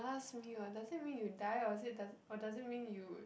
last meal ah does it mean you die or is it does or does it mean you